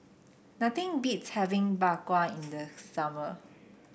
nothing beats having Bak Kwa in the summer